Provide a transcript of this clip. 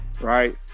right